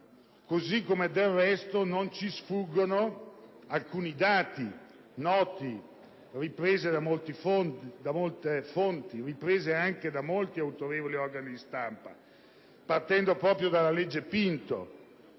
Così come del resto non ci sfuggono alcuni dati noti, ripresi da molte fonti e da autorevoli organi di stampa. Partendo proprio dalla legge Pinto: